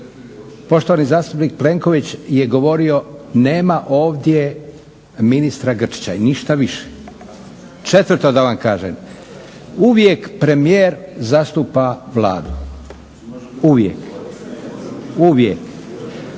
Poštovani zastupnik Plenković je govorio nema ovdje ministra Grčića i ništa više. Četvrto da vam kažem, uvijek premijer zastupa Vladu. Uvijek. Uvijek.